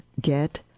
Get